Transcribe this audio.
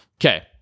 Okay